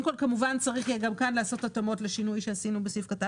ייכנס למקום המשמש למגורים אלא על פי צו של בית משפט,